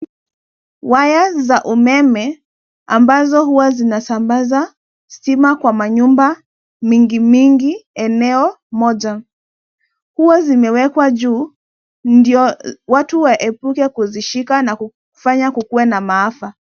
Waya za umeme ambazo huwa zinasambaza stima kwa manyumba mingi mingi eneo moja. Huwa zimewekwa juu ndio watu waepuke kuzishika na kufanya kukuwe na maafa.